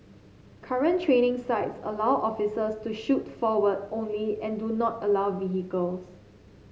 current training sites allow officers to shoot forward only and do not allow vehicles